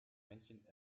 männchen